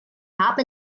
habe